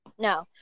No